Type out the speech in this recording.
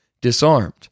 disarmed